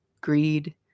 greed